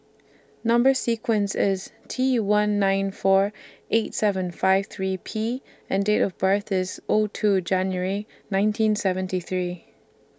Number sequence IS T one nine four eight seven five three P and Date of birth IS O two January nineteen seventy three